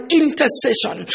intercession